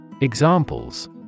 Examples